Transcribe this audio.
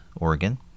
Oregon